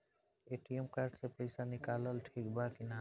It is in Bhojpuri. ए.टी.एम कार्ड से पईसा निकालल ठीक बा की ना?